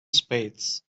spades